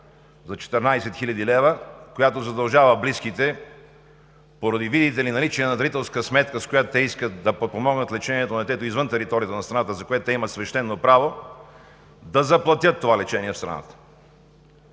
за 14 хил. лв., която ги задължава, видите ли, поради наличие на дарителска сметка, с която искат да подпомогнат лечението на детето извън територията на страната, за което те имат свещено право, да заплатят това лечение в страната!